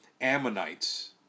Ammonites